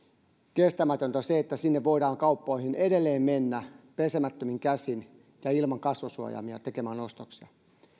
kestämätöntä että sinne kauppoihin voidaan edelleen mennä pesemättömin käsin ja ilman kasvosuojaimia tekemään ostoksia